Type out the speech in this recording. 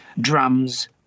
drums